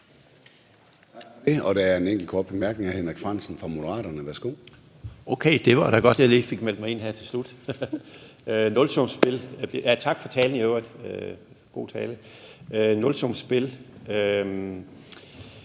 Tak for talen – god tale.